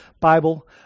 Bible